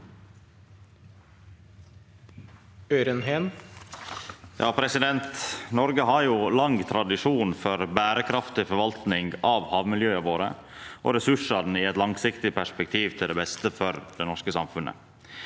Noreg har lang tradisjon for berekraftig forvaltning av havmiljøa og ressursane våre i eit langsiktig perspektiv, til det beste for det norske samfunnet.